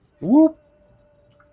Whoop